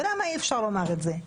ולמה אי-אפשר לומר את זה?